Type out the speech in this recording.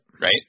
Right